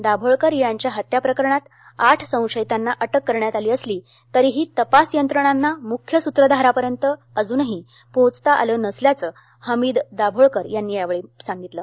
दाभोलकर यांच्या हत्याप्रकरणात आठ संशयिताना अटक करण्यात आली असली तरीही तपास यंत्रणांना मुख्य सुत्राधारांपर्यंत अजूनही पोहोचता आलं नसल्याचं हमीद दाभोलकर यावेळी म्हणाले